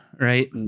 right